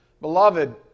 Beloved